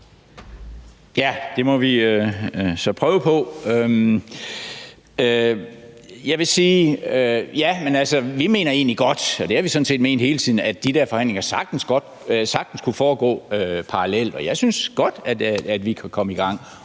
Ja, det må vi så prøve på. Jeg vil sige, at vi mener – og det har vi sådan set ment hele tiden – at de der forhandlinger sagtens kunne foregå parallelt. Jeg synes godt, at vi kunne komme i gang,